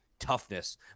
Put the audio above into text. toughness